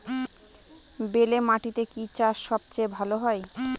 বেলে মাটিতে কি চাষ সবচেয়ে ভালো হয়?